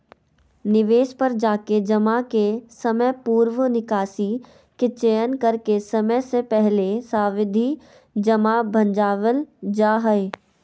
निवेश पर जाके जमा के समयपूर्व निकासी के चयन करके समय से पहले सावधि जमा भंजावल जा हय